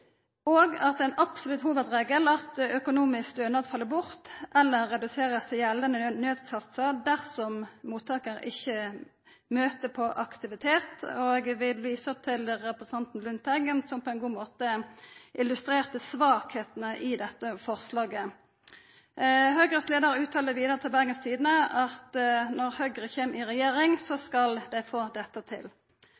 og at ein absolutt hovudregel skal vera at økonomisk stønad fell bort eller blir redusert til gjeldande naudsatsar dersom mottakaren ikkje møter på aktivitet. Eg vil visa til representanten Lundteigen, som på ein god måte illustrerte svakheitene i dette forslaget. Høgres leiar uttala vidare til Bergens Tidende at når Høgre kjem i regjering, så